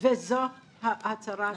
וזו הצרה הגדולה שלנו.